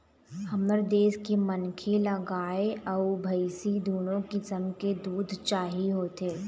हमर देश के मनखे ल गाय अउ भइसी दुनो किसम के दूद चाही होथे